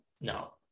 no